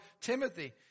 Timothy